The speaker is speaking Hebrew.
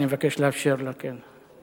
אני מבקש לאפשר לה, כן.